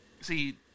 See